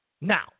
Now